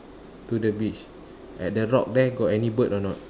to the beach at the rock there got any bird or not